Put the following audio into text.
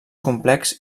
complex